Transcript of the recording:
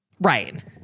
Right